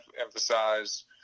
emphasize